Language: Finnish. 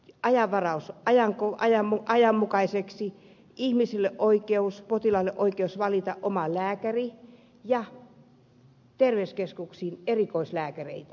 ajanvaraus ajanmukaiseksi potilaille oikeus valita oma lääkäri ja terveyskeskuksiin erikoislääkäreitä